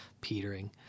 petering